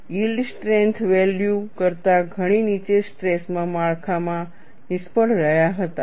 yield strength value કરતાં ઘણી નીચે સ્ટ્રેસમાં માળખાં નિષ્ફળ રહ્યાં હતાં